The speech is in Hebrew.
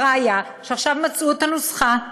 הראיה, שעכשיו מצאו את הנוסחה.